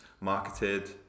marketed